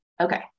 Okay